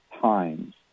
times